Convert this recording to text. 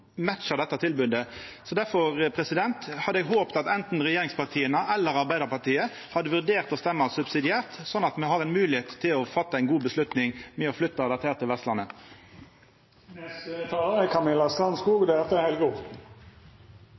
dette tilbodet. Difor hadde eg håpt at anten regjeringspartia eller Arbeidarpartiet hadde vurdert å stemma subsidiært, sånn at me får ei moglegheit til å fatta ei god avgjerd om å flytta dette til